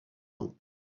ans